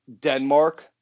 Denmark